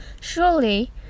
surely